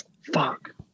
Fuck